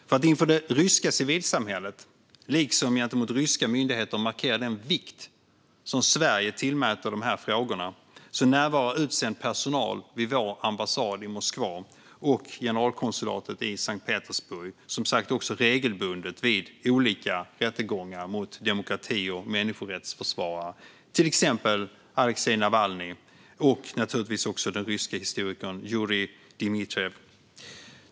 För att inför det ryska civilsamhället liksom gentemot ryska myndigheter markera den vikt som Sverige tillmäter de här frågorna närvarar utsänd personal vid vår ambassad i Moskva och generalkonsulatet i Sankt Petersburg som sagt också regelbundet vid olika rättegångar mot demokrati och människorättsförsvarare, till exempel Aleksej Navalnyj och, naturligtvis, den ryske historikern Jurij Dmitrijev.